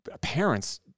Parents